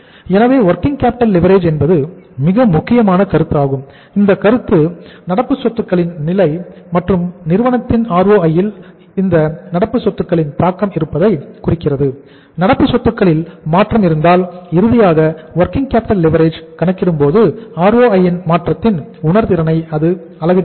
எனவே working capital leverage கணக்கிடும்போது ROI இன் மாற்றத்தின் உணர்திறனை அது அளவிடுகிறது